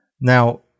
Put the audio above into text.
Now